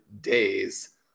days